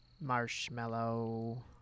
Marshmallow